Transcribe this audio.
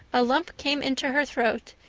a lump came into her throat,